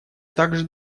также